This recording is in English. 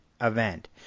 event